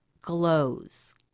glows